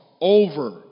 over